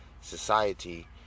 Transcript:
society